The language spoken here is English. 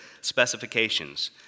specifications